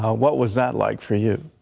what was that like for you.